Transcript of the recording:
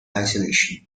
isolation